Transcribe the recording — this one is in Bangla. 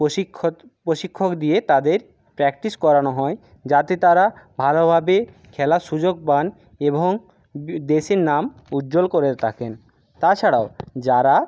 প্রশিক্ষত প্রশিক্ষক দিয়ে তাদের প্র্যাকটিস করানো হয় যাতে তারা ভালোভাবে খেলার সুযোগ পান এবং দেশের নাম উজ্জ্বল করে থাকেন তাছাড়াও যারা